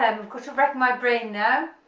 to rack my brain now